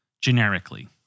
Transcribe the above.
generically